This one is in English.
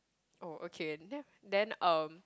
oh okay then then um